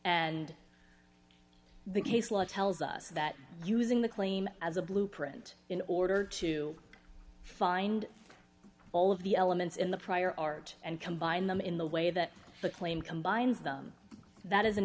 and the case law tells us that using the claim as a blueprint in order to find all of the elements in the prior art and combine them in the way that the claim combines them that is an